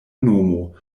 nomo